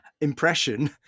impression